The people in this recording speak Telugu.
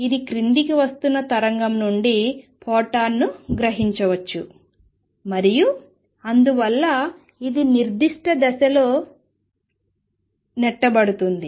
ఇది క్రిందికి వస్తున్న తరంగం నుండి ఫోటాన్ను గ్రహించవచ్చు మరియు అందువల్ల ఇది నిర్దిష్ట దిశలో నెట్టబడుతుంది